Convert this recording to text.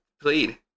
Plead